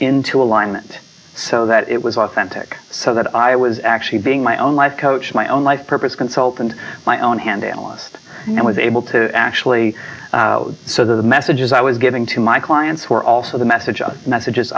into alignment so that it was authentic so that i was actually being my own life coach my own life purpose consultant my own hand analyst and was able to actually so the messages i was giving to my clients were also the message of the messages